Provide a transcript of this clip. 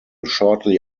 shortly